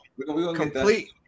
complete